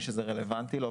מי שזה רלוונטי לו,